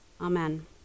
Amen